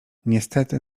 niestety